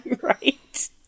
Right